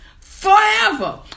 forever